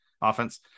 offense